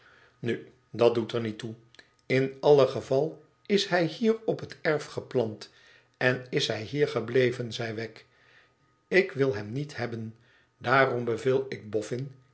nu dat doet er niet toe in alle geval is hij hier op het erf geplant en is hij hier gebleven zei wegg ik wil hem niet hebben daarom beveel ik boffin